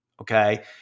Okay